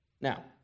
Now